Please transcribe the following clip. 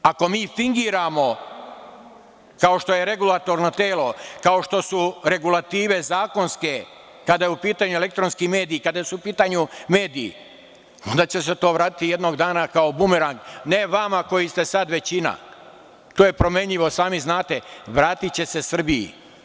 Ako mi fingiramo, kao što je regulatorno telo, kao što su regulative zakonske kada je u pitanju elektronski mediji, kada su u pitanju mediji, onda će se to vratiti jednog dana kao bumerang, ne vama koji ste sada većina, to je promenljivo sami znate, vratiće se Srbiji.